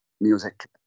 music